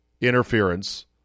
interference